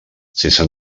sense